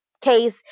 case